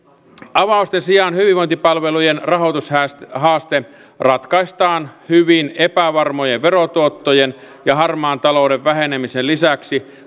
avausten sijaan hyvinvointipalvelujen rahoitushaaste ratkaistaan hyvin epävarmojen verotuottojen ja harmaan talouden vähenemisen lisäksi